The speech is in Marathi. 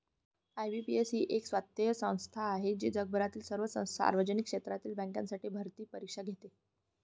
आय.बी.पी.एस ही स्वायत्त संस्था आहे जी भारतातील सर्व सार्वजनिक क्षेत्रातील बँकांसाठी भरती परीक्षा घेते